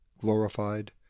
glorified